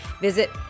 Visit